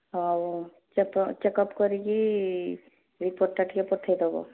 ହଉ checkup checkup କରିକି ରିପୋର୍ଟ୍ଟା ଟିକିଏ ପଠାଇଦେବ